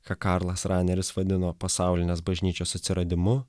ką karlas raneris vadino pasaulinės bažnyčios atsiradimu